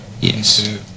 Yes